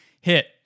hit